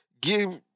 Give